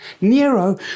Nero